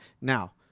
Now